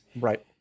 Right